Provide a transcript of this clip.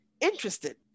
interested